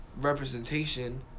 representation